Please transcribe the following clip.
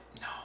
No